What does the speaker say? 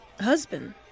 husband